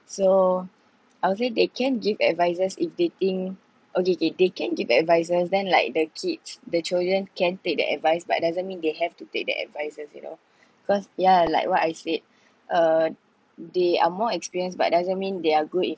so I would say they can give advices if they think okay kay they can give advices then like the kids the children can take the advice but doesn't mean they have to take the advices you know because yeah like what I said uh they are more experienced but doesn't mean they are good in